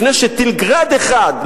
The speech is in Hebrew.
לפני שטיל "גראד" אחד,